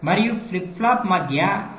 మరియు flip flop మధ్య అదనపు ఆలస్యం